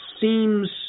seems